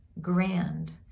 grand